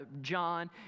John